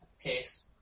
case